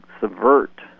subvert